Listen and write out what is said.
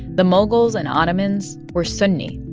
the mughals and ottomans were sunni.